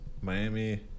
Miami